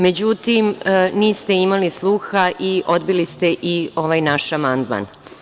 Međutim, niste imali sluha i odbili ste i ovaj naš amandman.